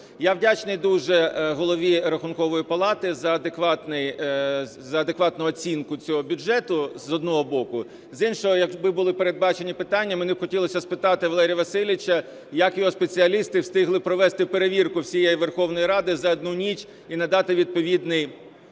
Я вдячний дуже Голові Рахункової палати за адекватну оцінку цього бюджету, з одного боку. З іншого, якби були передбачені питання, мені б хотілося спитати Валерія Васильовича, як його спеціалісти встигли провести перевірку всієї Верховної Ради за одну ніч і надати відповідний висновок.